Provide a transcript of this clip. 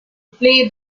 play